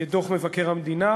דוח מבקר המדינה.